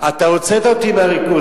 אתה הוצאת אותי מהריכוז,